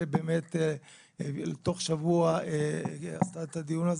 שבאמת תוך שבוע עשתה את הדיון,